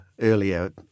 earlier